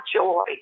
joy